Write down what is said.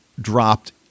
dropped